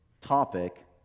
topic